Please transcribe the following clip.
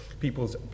people's